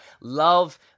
love